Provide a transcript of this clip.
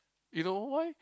you know why